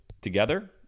together